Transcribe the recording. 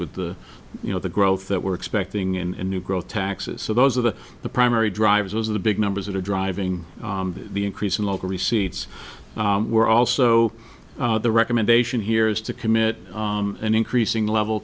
with the you know the growth that we're expecting in new growth taxes so those are the the primary drivers those are the big numbers that are driving the increase in local receipts were also the recommendation here is to commit an increasing level